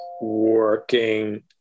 working